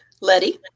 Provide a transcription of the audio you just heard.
Letty